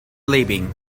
leaving